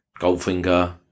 Goldfinger